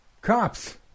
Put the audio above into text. Cops